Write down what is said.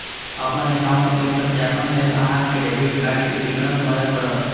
अपन एकाउंट केर सत्यापन लेल अहां कें डेबिट कार्ड के विवरण भरय पड़त